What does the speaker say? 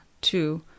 two